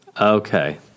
Okay